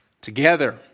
together